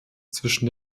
zwischen